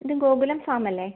ഇത് ഗോകുലം ഫാമല്ലേ